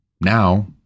Now